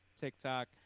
TikTok